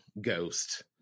ghost